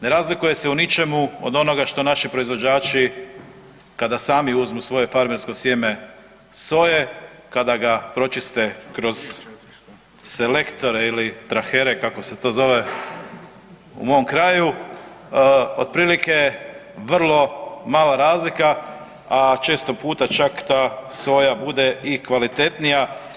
Ne razlikuje se u ničemu od onoga što naši proizvođači kada sami uzmu svoje farmersko sjeme soje kada ga pročiste kroz selektore ili trahere kako se to zove u mom kraju otprilike vrlo mala razlika, a često puta čak ta soja bude i kvalitetnija.